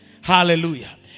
Hallelujah